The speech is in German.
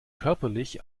körperlich